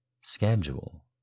schedule